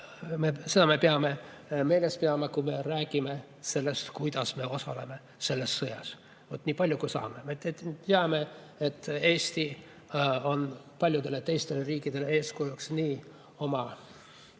Seda me peame meeles pidama, kui me räägime sellest, kuidas me osaleme selles sõjas. Vot nii palju, kui saame. Me teame, et Eesti on paljudele teistele riikidele eeskujuks nii oma